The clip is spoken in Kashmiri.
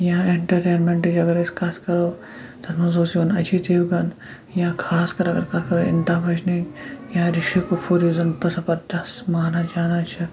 یا اٮ۪نٹَرٹینمیٚنٛٹٕچ اگر أسۍ کتھ کَرو تَتھ منٛز اوس یِوان اَجے دیوگَن یا خاص کَر اگر کَتھ کَرو امیتابھ بَچَنٕنۍ یا رِشی کپوٗر یُس زَن زبَردَس مانَن شانَن چھِ